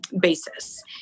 basis